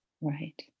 right